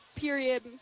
period